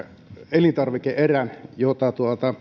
elintarvike erän jota